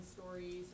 stories